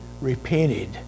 repented